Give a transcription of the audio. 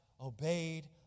obeyed